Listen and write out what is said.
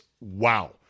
wow